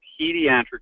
pediatric